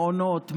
מעונות,